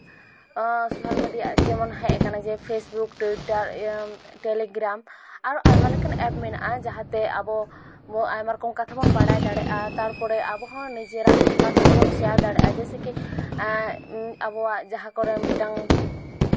social media ᱡᱮᱢᱚᱱ ᱦᱮᱡ ᱟᱠᱟᱱᱟ ᱡᱮᱢᱚᱱ ᱯᱷᱮᱥᱵᱩᱠ ᱴᱩᱭᱴᱟᱨ ᱤᱭᱟᱹ ᱴᱮᱞᱤᱜᱨᱟᱢ ᱟᱨ ᱟᱭᱢᱟ ᱞᱮᱠᱟᱱ ᱮᱯ ᱢᱮᱱᱟᱜᱼᱟ ᱡᱟᱦᱟᱸᱛᱮ ᱟᱵᱚ ᱵᱚ ᱟᱭᱢᱟ ᱨᱚᱠᱚᱢ ᱠᱟᱛᱷᱟ ᱵᱚ ᱵᱟᱲᱟᱭ ᱫᱟᱲᱮᱭᱟᱜᱼᱟ ᱛᱟᱨᱯᱚᱨᱮ ᱟᱵᱚᱦᱚᱸ ᱱᱤᱡᱮᱨᱟᱜ ᱠᱟᱛᱷᱟ ᱠᱚᱵᱚᱱ ᱥᱮᱭᱟᱨ ᱫᱟᱲᱭᱟᱜᱼᱟ ᱡᱮᱭᱥᱮ ᱠᱤ ᱟᱵᱚᱣᱟᱜ ᱡᱟᱦᱟᱸ ᱠᱚᱨᱮ ᱢᱤᱫᱴᱟᱝ